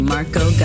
Marco